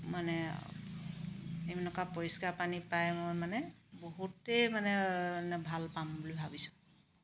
মানে এনেকুৱা পৰিষ্কাৰ পানী পাই মই মানে বহুতেই মানে ভাল পাম বুলি ভাবিছোঁ